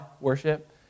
worship